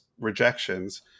rejections